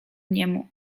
niemu